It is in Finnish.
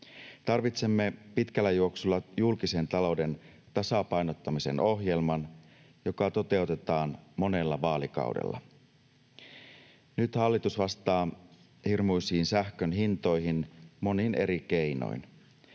Tarvitsemme pitkässä juoksussa julkisen talouden tasapainottamisen ohjelman, joka toteutetaan monella vaalikaudella. Nyt hallitus vastaa hirmuisiin sähkön hintoihin monin eri keinoin.